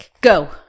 Go